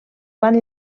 van